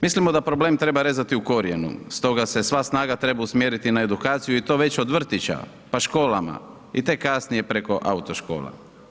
Mislimo da problem treba rezati u korijenu stoga se sva snaga treba usmjeriti na edukaciju i to već od vrtića, pa školama i tek kasnije preko autoškola.